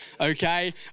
okay